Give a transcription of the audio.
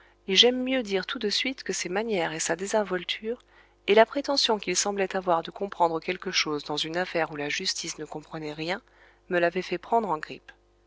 et j'aime mieux dire tout de suite que ses manières et sa désinvolture et la prétention qu'il semblait avoir de comprendre quelque chose dans une affaire où la justice ne comprenait rien me l'avaient fait prendre en grippe